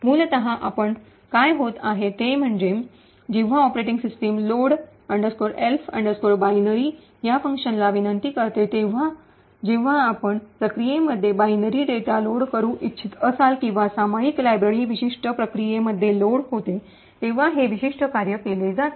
मूलत काय होत आहे ते म्हणजे जेव्हा operating system load elf binary या फंक्शनला विनंती करते तेव्हा जेव्हा आपण प्रक्रियेमध्ये बायनरी डेटा लोड करू इच्छित असाल किंवा सामायिक लायब्ररी विशिष्ट प्रक्रियेमध्ये लोड होते तेव्हा हे विशिष्ट कार्य केले जाते